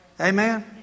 Amen